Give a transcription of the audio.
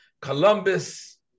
Columbus